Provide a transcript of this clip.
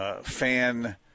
fan